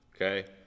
Okay